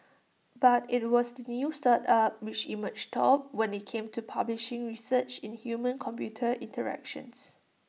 but IT was the new startup which emerged top when IT came to publishing research in humancomputer interactions